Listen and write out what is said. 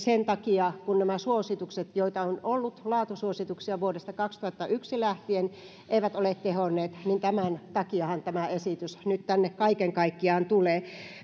kun nämä suositukset joita on ollut laatusuosituksia vuodesta kaksituhattayksi lähtien eivät ole tehonneet niin tämän takiahan kaiken kaikkiaan tämä esitys nyt tänne tulee